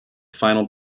final